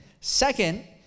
Second